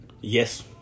Yes